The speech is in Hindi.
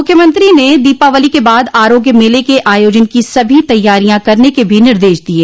मुख्यमंत्री ने दीपावली के बाद आरोग्य मेले के आयोजन की सभी तैयारियां करने के भी निर्देश दिये